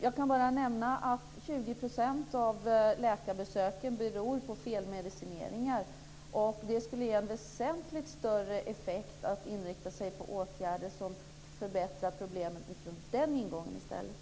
Jag kan bara nämna att 20 % av läkarbesöken beror på felmedicineringar. Det skulle ge en väsentligt större effekt om man inriktade sig på åtgärder som förbättrar problemet från den ingången i stället.